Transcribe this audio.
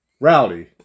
rowdy